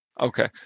Okay